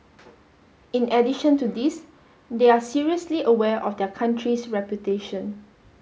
in addition to this they are seriously aware of their country's reputation